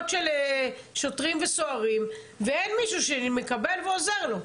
של שוטרים וסוהרים ואין מישהו שמקבל ועוזר לו.